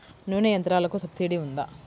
నూనె యంత్రాలకు సబ్సిడీ ఉందా?